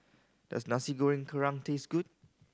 does Nasi Goreng Kerang taste good